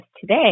today